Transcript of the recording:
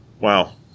Wow